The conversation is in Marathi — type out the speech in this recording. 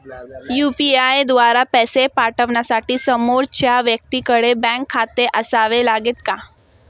यु.पी.आय द्वारा पैसे पाठवण्यासाठी समोरच्या व्यक्तीकडे बँक खाते असावे लागते का?